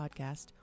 podcast